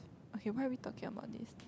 okay why are we talking about this